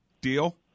Deal